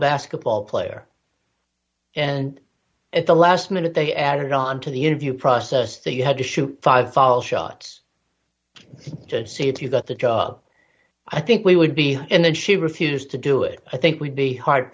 basketball player and at the last minute they added on to the interview process that you had to shoot five fall shots to see if you got the job i think we would be and then she refused to do it i think we'd be hard